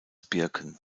birken